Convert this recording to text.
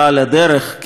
כברור מאליו,